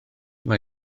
mae